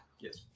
Yes